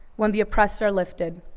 when the oppressed are lifted,